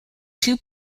two